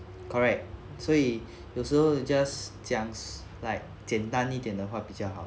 correct 所以有时候 just 讲 like 简单一点的话比较好